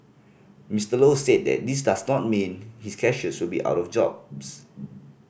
Mister Low said that this does not mean his cashiers will be out of jobs